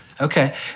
Okay